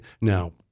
Now